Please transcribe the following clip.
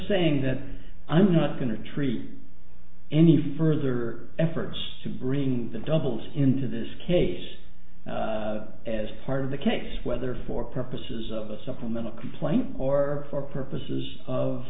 saying that i'm not going to treat any further efforts to bring the doubles into this case as part of the case whether for purposes of a supplemental complaint or for purposes of